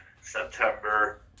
September